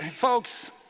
folks